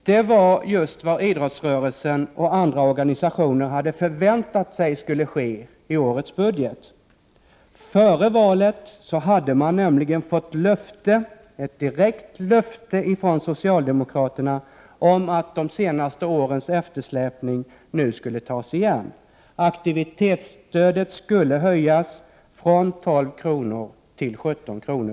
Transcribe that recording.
Det var just vad idrottsrörelsen och andra organisationer hade förväntat sig skulle ske i årets budget. Före valet hade man nämligen fått ett direkt löfte från socialdemokraterna om att de senaste årens eftersläpning nu skulle tas igen och att aktivitetsstödet skulle höjas från 12 kr. till 17 kr.